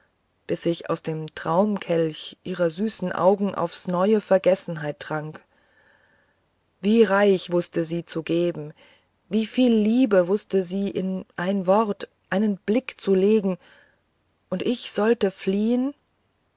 bis ich aus dem taumelkelch ihrer süßen augen aufs neue vergessenheit trank wie reich wußte sie zu geben wie viel liebe wußte sie in ein wort in einen blick zu legen und ich sollte fliehen